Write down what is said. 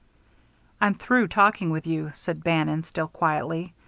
i'm through talking with you, said bannon, still quietly.